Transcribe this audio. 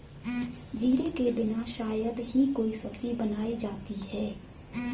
जीरे के बिना शायद ही कोई सब्जी बनाई जाती है